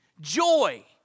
joy